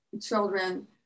children